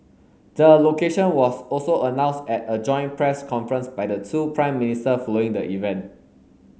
the location was also announced at a joint press conference by the two Prime Minister flowing the event